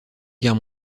guerre